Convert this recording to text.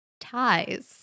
ties